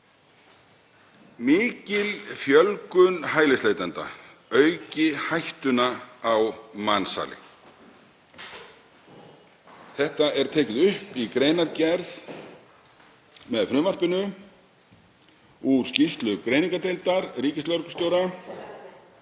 mikil fjölgun hælisleitenda auki hættuna á mansali. Þetta er tekið upp í greinargerð með frumvarpinu úr skýrslu greiningardeildar ríkislögreglustjóra,